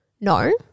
no